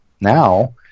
now